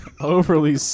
overly